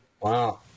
wow